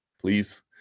Please